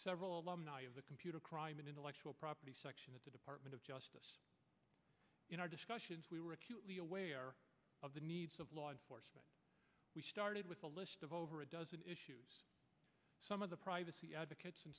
several alumni of the computer crime and intellectual property section at the department of justice in our discussions we were acutely aware of the needs of law enforcement we started with a list of over a dozen issues some of the privacy advocates